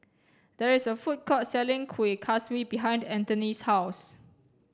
there is a food court selling kuih kaswi behind Anthony's house